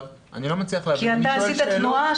אתה עשית תנועה